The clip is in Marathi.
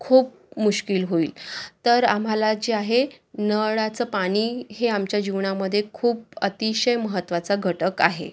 खूप मुश्किल होईल तर आम्हाला जे आहे नळाचं पाणी हे आमच्या जीवनामध्ये खूप अतिशय महत्त्वाचा घटक आहे